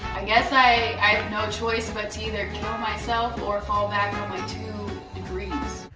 i guess i i have no choice but to either kill myself or fall back on my two degrees.